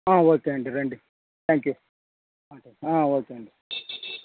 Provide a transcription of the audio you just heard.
okay అండి రండి thank you okay అండి